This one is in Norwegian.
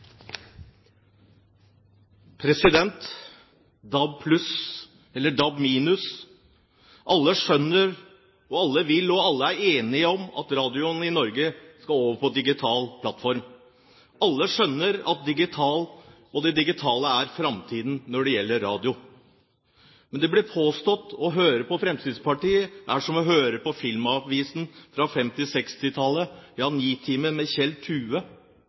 enige om at radioen i Norge skal over på en digital plattform. Alle skjønner at det digitale er framtiden når det gjelder radio. Det blir påstått at å høre på Fremskrittspartiet er som å høre på Filmavisen fra 1950–1960-tallet, ja på Nitimen med Kjell